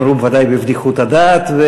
נאמרו ודאי בבדיחות הדעת.